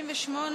98